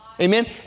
Amen